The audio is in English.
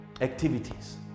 activities